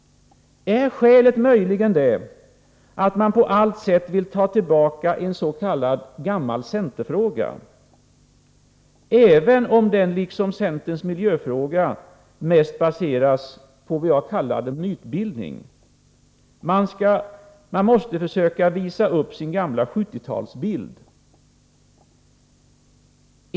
Är skälet möjligen det att man på allt sätt vill ta tillbaka en s.k. gammal centerfråga, även om den liksom centerns miljöfråga mest baseras på vad jag kallat mytbildning? Man måste försöka visa upp sin gamla 70-talsbild.